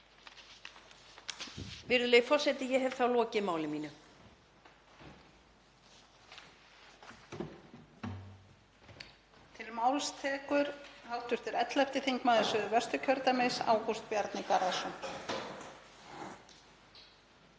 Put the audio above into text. Virðulegi forseti. Ég hef þá lokið máli mínu.